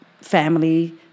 family